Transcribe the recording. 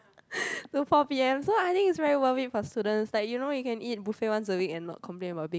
to four P_M so I think it's very worth it for students like you know you can eat buffet once a week and not complain about being